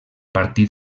partit